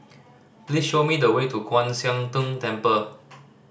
please show me the way to Kwan Siang Tng Temple